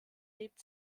lebt